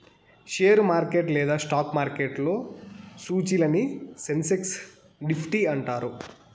share market లేదా stock మార్కెట్లో సూచీలని సెన్సెక్స్ నిఫ్టీ అంటారు